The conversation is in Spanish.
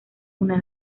una